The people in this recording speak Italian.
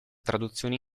traduzioni